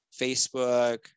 Facebook